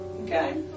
Okay